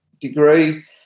degree